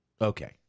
Okay